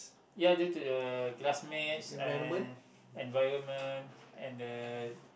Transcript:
ya due to the classmates and environment and the